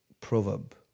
proverb